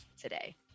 today